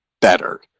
better